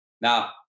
Now